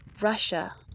Russia